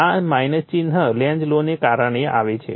આ ચિહ્ન લેન્ઝ લૉને કારણે આવે છે